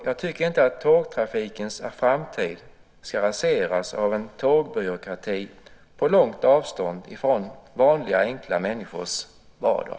Jag tycker inte att tågtrafikens framtid ska raseras av en tågbyråkrati på långt avstånd från vanliga, enkla människors vardag.